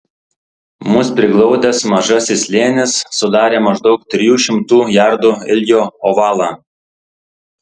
mus priglaudęs mažasis slėnis sudarė maždaug trijų šimtų jardų ilgio ovalą